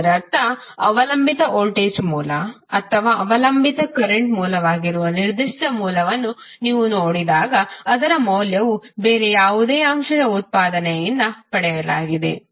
ಇದರರ್ಥ ಅವಲಂಬಿತ ವೋಲ್ಟೇಜ್ ಮೂಲ ಅಥವಾ ಅವಲಂಬಿತ ಕರೆಂಟ್ ಮೂಲವಾಗಿರುವ ನಿರ್ದಿಷ್ಟ ಮೂಲವನ್ನು ನೀವು ನೋಡಿದಾಗ ಅದರ ಮೌಲ್ಯವು ಬೇರೆ ಯಾವುದೇ ಅಂಶದ ಉತ್ಪಾದನೆಯಿಂದ ಪಡೆಯಲಾಗಿದೆ